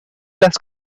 las